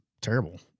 terrible